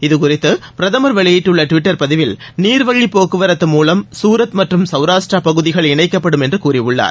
இதுகுறித்து பிரதமர் வெளியிட்டுள்ள டுவிட்டர் பதிவில் நீர்வழி போக்குவரத்து மூலம் சூரத் மற்றும் சௌராஷ்டரா பகுதிகள் இணைக்கப்படும் என்று கூறியுள்ளார்